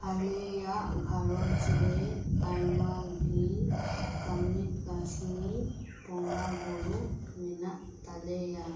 ᱟᱞᱮᱭᱟᱜ ᱜᱷᱟᱨᱚᱸᱡᱽ ᱨᱮ ᱟᱭᱢᱟ ᱜᱮ ᱠᱟᱹᱢᱤ ᱠᱟᱹᱥᱱᱤᱵᱚᱸᱜᱟ ᱵᱩᱨᱩ ᱢᱮᱱᱟᱜ ᱛᱟᱞᱮᱭᱟ